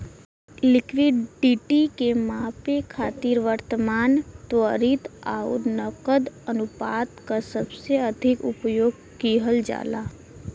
liquidity के मापे खातिर वर्तमान, त्वरित आउर नकद अनुपात क सबसे अधिक उपयोग किहल जाला